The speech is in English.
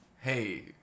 hey